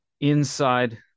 inside